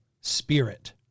spirit